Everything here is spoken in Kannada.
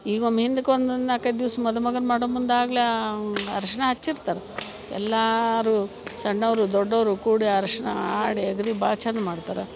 ಈಮ್ ಹಿಂದಕ್ಕೊಂದು ನಾಲ್ಕೈದು ದಿವ್ಸ ಮದುಮಗನ ಮಾಡೋಮುಂದೆ ಆಗ್ಲೂ ಅರ್ಶಿನ ಹಚ್ಚಿರ್ತಾರೆ ಎಲ್ಲರೂ ಸಣ್ಣವರು ದೊಡ್ಡವರು ಕೂಡಿ ಅರ್ಶಿನ ಆಡಿ ಅಗದಿ ಭಾಳ ಚಂದ ಮಾಡ್ತಾರೆ